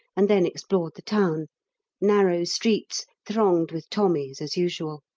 and then explored the town narrow streets thronged with tommies as usual.